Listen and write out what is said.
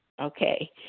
Okay